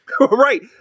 right